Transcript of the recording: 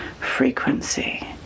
frequency